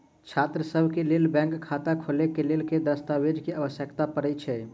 छात्रसभ केँ लेल बैंक खाता खोले केँ लेल केँ दस्तावेज केँ आवश्यकता पड़े हय?